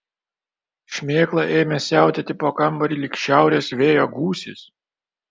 šmėkla ėmė siautėti po kambarį lyg šiaurės vėjo gūsis